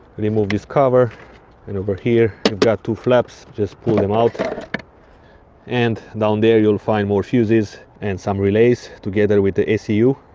remove this cover and over here you've got two flaps just pull them out and down there you will find more fuses and some relays together with the ecu.